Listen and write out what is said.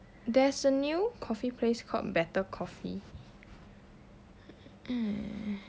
there's a new coffee place called bettr coffee mm